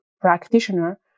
practitioner